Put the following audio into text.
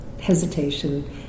hesitation